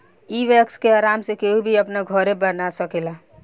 इ वैक्स के आराम से केहू भी अपना घरे बना सकेला